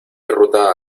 ruta